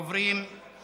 עוברים